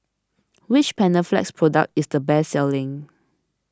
which Panaflex product is the best selling